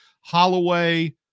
Holloway